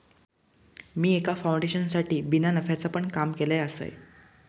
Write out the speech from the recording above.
मी एका फाउंडेशनसाठी बिना नफ्याचा पण काम केलय आसय